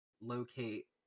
locate